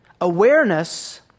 Awareness